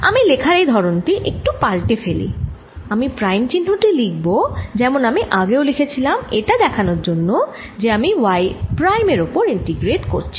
আমি লেখার এই ধরন টি একটু পাল্টে ফেলি আমি প্রাইম চিহ্ন টি লিখব যেমন আমি আগেও লিখেছিলাম এটা দেখানোর জন্য যে আমি y প্রাইম এর ওপর ইন্টিগ্রেট করছি